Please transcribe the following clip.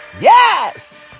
Yes